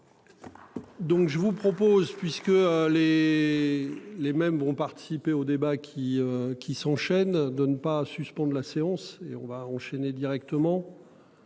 Donc je vous propose, puisque les les mêmes vont participer au débat qui qui s'enchaînent de ne pas suspendre la séance et on va enchaîner directement.